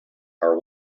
are